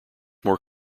more